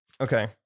Okay